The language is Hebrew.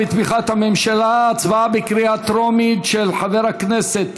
של חברי הכנסת